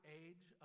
age